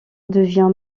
devient